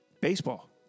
baseball